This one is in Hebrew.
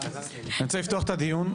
אני רוצה לפתוח את הדיון.